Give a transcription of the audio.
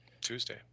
Tuesday